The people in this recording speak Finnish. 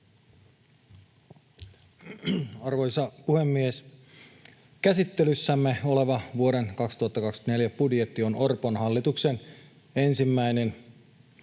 Arvoisa puhemies! Käsittelyssämme oleva vuoden 2024 budjetti on Orpon hallituksen ensimmäinen.